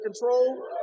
control